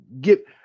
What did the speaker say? get